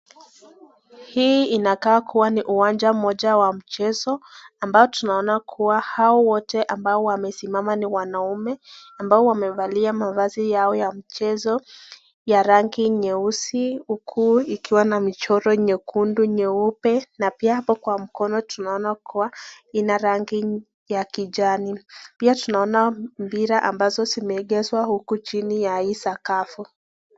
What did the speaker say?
Hii inakaa kuwa ni uwanja mmoja wa mchezo ambao, tunaona kuwa hao wote ambao wamesimama ni wanaume; ambao wamevalia mavazi yao ya mchezo ya rangi nyeusi. Huu ikiwa na michoro nyekundu nyeupe na pia hapo ka mkono tunaona kuwa ina rangi ya kijani. Pia, tunaona mipira ambazo zimeegezwa huku chini ya hii sakafu.